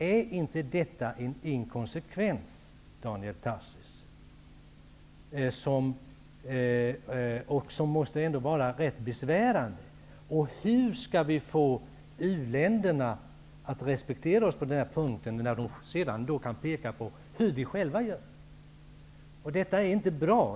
Är inte detta en inkonsekvens som ändå måste vara rätt besvärande, Daniel Tarschys? Hur skall vi få uländerna att respektera oss i detta avseende när de kan peka på hur vi själva gör? Detta är inte bra.